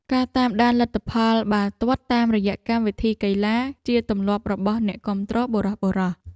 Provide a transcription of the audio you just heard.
ការតាមដានលទ្ធផលបាល់ទាត់តាមរយៈកម្មវិធីកីឡា ជាទម្លាប់របស់អ្នកគាំទ្របុរសៗ។